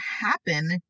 happen